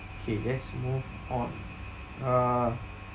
K let's move on uh